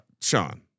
Sean